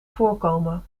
voorkomen